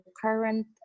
current